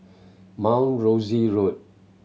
Mount Rosie Road